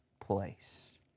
place